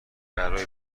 برای